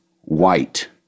White